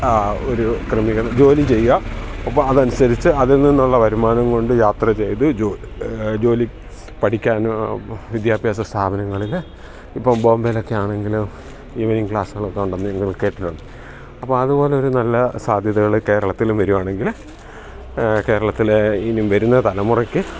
ഒരു ക്രമീകരണം ജോലി ചെയ്യുക അപ്പം അത് അനുസരിച്ചു അതിൽ നിന്നുള്ള വരുമാനം കൊണ്ട് യാത്ര ചെയ്തു ജോലി പഠിക്കാൻ വിദ്യാഭ്യാസ സ്ഥാപനങ്ങളിൽ ഇപ്പം ബോംബേയിലൊക്കെ ആണെങ്കിലും ഈവനിംഗ് ക്ലാസുകളൊക്കെ ഉണ്ടെന്ന് നിങ്ങൾ കേട്ടിട്ടുണ്ട് അപ്പം അതുപോലെ ഒരു നല്ല സാധ്യതകൾ കേരളത്തിലും വരികയാണെങ്കിൽ കേരളത്തിലെ ഇനി വരുന്ന തലമുറയ്ക്ക്